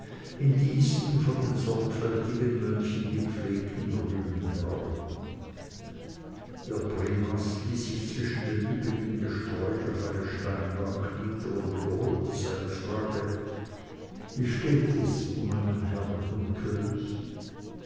in diesen von den sorgfältigen mönchen gepflegten grünen raum der primas ließ sich zwischen dem üppigen gesträuch auf eine steinbank nieder und wiederholte seine frage wie steht es um meinen herrn und könig